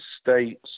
States